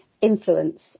influence